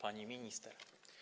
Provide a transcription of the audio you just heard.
Pani Minister!